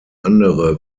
andere